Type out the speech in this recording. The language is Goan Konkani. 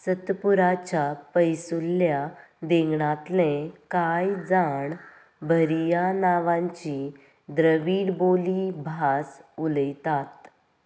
सत्तपुराच्या पयसुल्ल्या देंगणांतले कांय जाण भरिया नांवांची द्रवीड बोली भास उलयतात